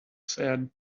said